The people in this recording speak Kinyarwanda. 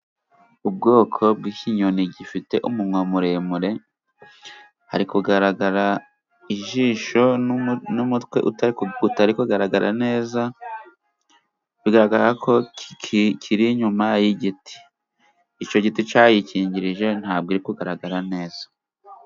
Ubwoko bw'ikinyoni gifite umunwa muremure hari kugaragara ijisho n'umutwe utari kugaragara neza, bigaragara ko ki kikiri inyuma y'igiti icyo giti cyayikingirije ntabwo iri kugaragara neza.